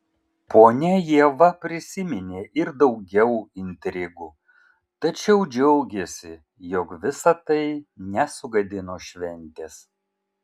ponia ieva prisiminė ir daugiau intrigų tačiau džiaugėsi jog visa tai nesugadino šventės